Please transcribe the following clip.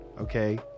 okay